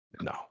No